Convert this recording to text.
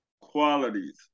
qualities